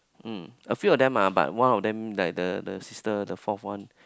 um a few of them ah but one of them like the the sister the fourth one